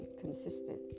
consistent